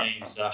names